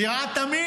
נראה תמים,